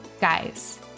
Guys